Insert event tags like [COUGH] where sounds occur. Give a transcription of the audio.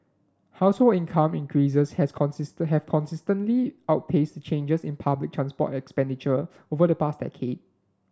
household income increases has [UNINTELLIGIBLE] have consistently outpaced changes in public transport expenditure over the past decade